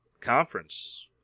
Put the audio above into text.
conference